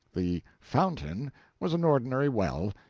the fountain was an ordinary well,